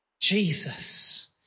Jesus